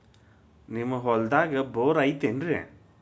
ನಿಮ್ಮ ಹೊಲ್ದಾಗ ಬೋರ್ ಐತೇನ್ರಿ?